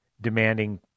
demanding